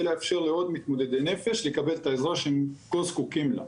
לאפשר לעוד מתמודדי נפש לקבל את העזרה שהם כה זקוקים לה.